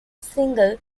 single